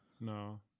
no